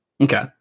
Okay